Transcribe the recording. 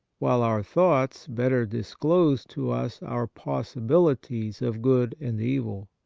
while our thoughts better disclose to us our possibilities of good and evil.